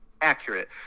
accurate